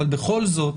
אבל בכל זאת,